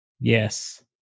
Yes